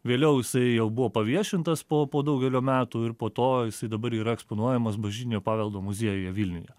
vėliau jisai jau buvo paviešintas po po daugelio metų ir po to jisai dabar yra eksponuojamas bažnytinio paveldo muziejuje vilniuje